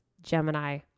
Gemini